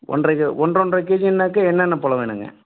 ஒன்றரை ஒன்றரை ஒன்றரை கேஜினாக்கா என்னென்ன பழம் வேணும்ங்க